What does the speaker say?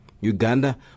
Uganda